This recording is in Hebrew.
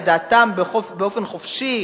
את דעתם באופן חופשי.